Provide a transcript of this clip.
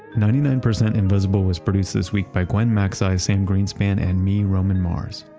ninety nine percent invisible was produced this week by gwen mascsai, sam greenspan and me, roman mars.